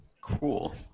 cool